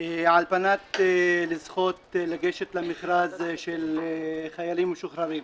על מנת לזכות לגשת למכרז של חיילים משוחררים.